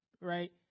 Right